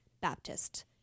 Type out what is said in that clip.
Baptist